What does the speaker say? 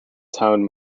town